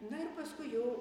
na ir paskui jau